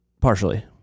partially